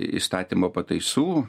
įstatymo pataisų